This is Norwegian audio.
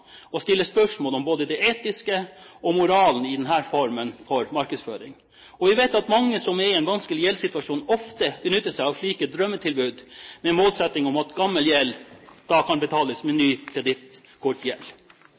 spørsmål om det etiske ved og moralen i denne formen for markedsføring. Og vi vet at mange som er i en vanskelig gjeldssituasjon, ofte benytter seg av slike «drømmetilbud» med målsetting om at gammel gjeld da kan betales med